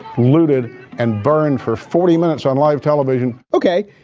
looted and burned for forty minutes on live television ok,